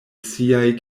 siaj